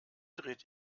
dreht